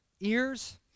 ears